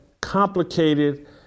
complicated